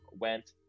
went